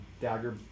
dagger